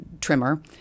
trimmer